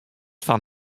fan